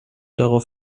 darauf